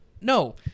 No